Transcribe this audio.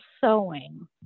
sewing